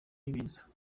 y‘ibiza